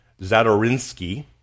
Zadorinsky